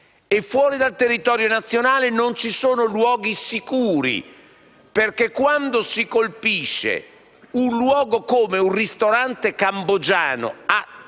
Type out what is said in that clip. E fuori dal territorio nazionale non ci sono luoghi sicuri, perché quando si colpisce un luogo come un ristorante cambogiano a Parigi,